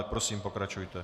Prosím, pokračujte.